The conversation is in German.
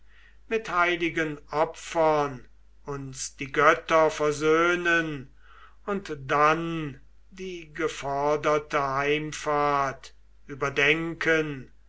mit heiligen opfern uns die götter versöhnen und dann die geforderte heimfahrt überdenken